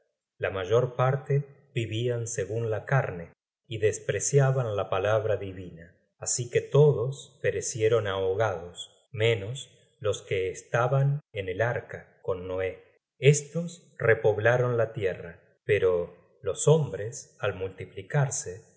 la mayor parte vivian segun la carne y despreciaban la palabra divina así que todos perecieron ahogados menos los que estaban en el arca con noé estos repoblaron la tierra pero los hombres al multiplicarse